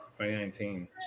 2019